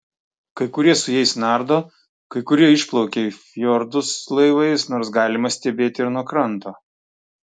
kai kurie su jais nardo kai kurie išplaukia į fjordus laivais nors galima stebėti ir nuo kranto